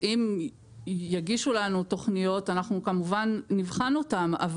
שאם יגישו לנו תוכניות כמובן שאנחנו נבחן אותן.